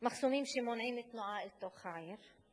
מחסומים שמונעים תנועה לתוך העיר,